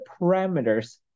parameters